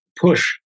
push